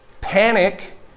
panic